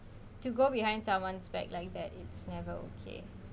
to go behind someone's back like that it's never okay